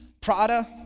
Prada